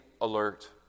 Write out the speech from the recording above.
alert